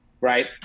right